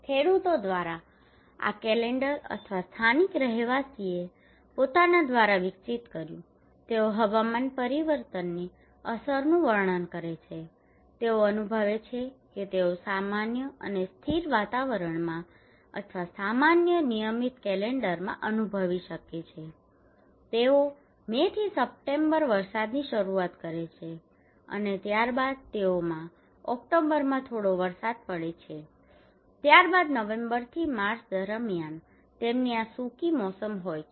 ખેડુતો દ્વારા આ કેલેન્ડર અથવા સ્થાનિક રહેવાસીઓએ પોતાના દ્વારા વિકસિત કર્યું છે તેઓ હવામાન પરિવર્તનની અસરનું વર્ણન કરે છે તેઓ અનુભવે છે કે તેઓ સામાન્ય અને સ્થિર વાતાવરણમાં અથવા સામાન્ય નિયમિત કેલેન્ડરમાં અનુભવી શકે છે કે તેઓ મે થી સપ્ટેમ્બર વરસાદની શરૂઆત કરે છે અને ત્યારબાદ તેઓમાં ઓક્ટોબરમાં થોડો વરસાદ પડે છે અને ત્યારબાદ નવેમ્બરથી માર્ચ દરમિયાન તેમની આ સૂકી મોસમ હોય છે